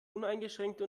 uneingeschränkte